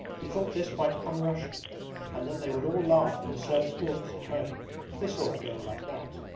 he thought this quite un-russian and that they would all laugh in the serfs' quarters at home if they saw a girl like that.